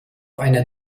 einer